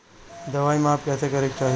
दवाई माप कैसे करेके चाही?